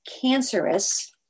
cancerous